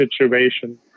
situation